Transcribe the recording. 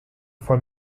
for